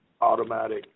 automatic